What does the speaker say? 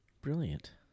Brilliant